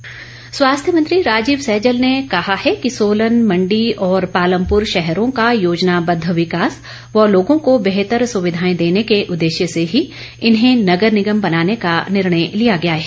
सैजल स्वास्थ्य मंत्री राजीव सैजल ने कहा है कि सोलन मंडी और पालमपुर शहरों का योजनाबद्व विकास व लोगों को बेहतर सुविधाएं देने के उद्देश्य से ही इन्हें नगर निगम बनाने का निर्णय लिया गया है